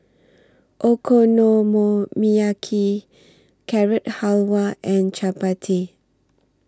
Okonomiyaki Carrot Halwa and Chapati